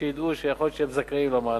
כדי שידעו שיכול להיות שהם זכאים למענק.